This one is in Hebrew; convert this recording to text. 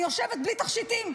אני יושבת בלי תכשיטים,